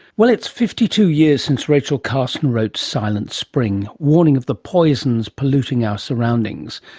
well, it's fifty two years since rachel carson wrote silent spring, warning of the poisons polluting our surroundings,